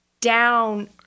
down